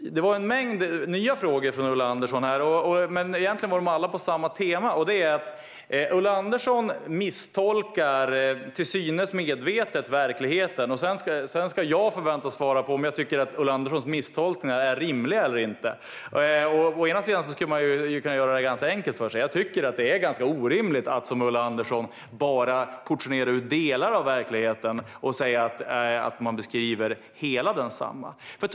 Ulla Andersson ställde en mängd nya frågor. Men egentligen hade alla samma tema, och det var att Ulla Andersson misstolkar, till synes medvetet, verkligheten. Sedan förväntas jag svara på om jag tycker att Ulla Anderssons misstolkningar är rimliga eller inte. Jag skulle kunna göra det ganska enkelt för mig. Jag tycker att det är ganska orimligt att, som Ulla Andersson, bara portionera ut delar av verkligheten och säga att man beskriver hela verkligheten.